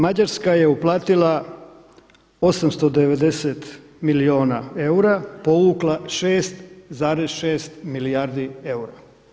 Mađarska je uplatila 890 milijuna eura, povukla 6,6 milijardi eura.